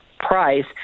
price